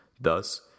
Thus